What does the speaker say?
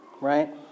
right